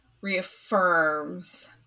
reaffirms